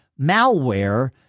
malware